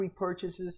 repurchases